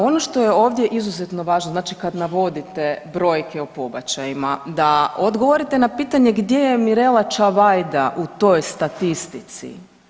Ono što je ovdje izuzetno važno, znači kad navodite brojke o pobačajima, da odgovorite na pitanje gdje je Mirela Čavajda u toj statistici?